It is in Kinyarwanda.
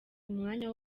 umwanya